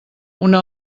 una